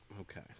okay